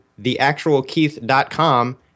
theactualkeith.com